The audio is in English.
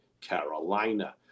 Carolina